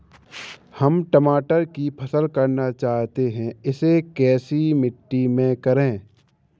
हम टमाटर की फसल करना चाहते हैं इसे कैसी मिट्टी में करें?